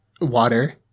water